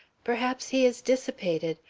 perhaps he is dissipated.